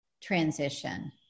transition